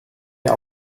der